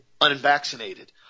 unvaccinated